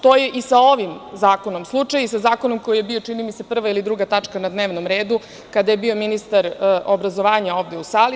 To je i sa ovim zakonom slučaj i sa zakonom koji je bio, čini mi se, prva ili druga tačka na dnevnom redu, kada je bio ministar obrazovanja ovde u sali.